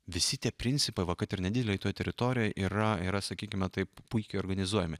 visi tie principai va kad ir nedidelėj toj teritorijoj yra yra sakykime taip puikiai organizuojami